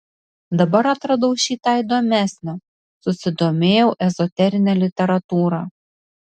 dabar atradau šį tą įdomesnio susidomėjau ezoterine literatūra